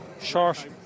short